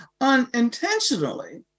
unintentionally